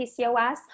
pcos